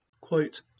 Quote